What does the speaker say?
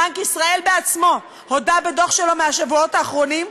בנק ישראל עצמו הודה בדוח שלו מהשבועות האחרונים שההילה,